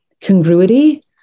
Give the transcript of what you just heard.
congruity